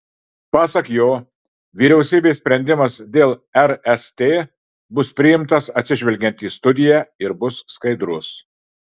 pasak jo vyriausybės sprendimas dėl rst bus priimtas atsižvelgiant į studiją ir bus skaidrus